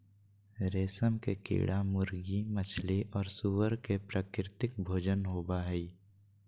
रेशम के कीड़ा मुर्गी, मछली और सूअर के प्राकृतिक भोजन होबा हइ